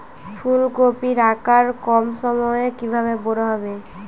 ফুলকপির আকার কম সময়ে কিভাবে বড় হবে?